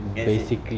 as it